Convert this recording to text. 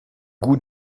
goût